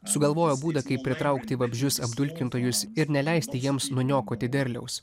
sugalvojo būdą kaip pritraukti vabzdžius apdulkintojus ir neleisti jiems nuniokoti derliaus